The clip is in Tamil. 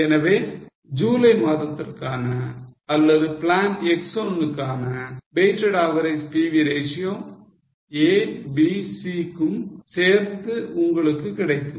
எனவே ஜூலை மாதத்திற்கான அல்லது plan X 1 கான weighted average PV ratio ABC க்கும் சேர்த்து உங்களுக்கு கிடைக்கும்